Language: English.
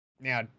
Now